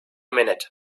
minute